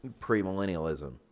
premillennialism